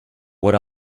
what